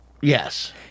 Yes